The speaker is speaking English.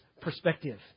perspective